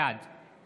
בעד מיכאל מלכיאלי,